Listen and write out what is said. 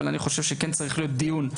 אני כן חושב שצריך להיות על זה דיון.